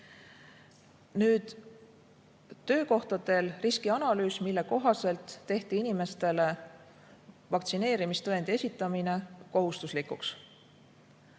töökohtadel riskianalüüs, mille kohaselt tehti inimestele vaktsineerimistõendi esitamine kohustuslikuks.